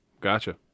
gotcha